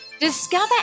Discover